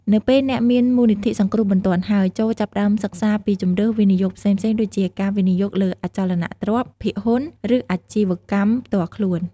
នៅពេលអ្នកមានមូលនិធិសង្គ្រោះបន្ទាន់ហើយ ចូរចាប់ផ្ដើមសិក្សាពីជម្រើសវិនិយោគផ្សេងៗដូចជា ការវិនិយោគលើអចលនទ្រព្យ ភាគហ៊ុន ឬអាជីវកម្មផ្ទាល់ខ្លួន។